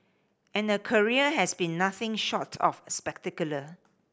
and her career has been nothing short of spectacular